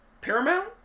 Paramount